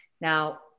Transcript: now